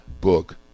book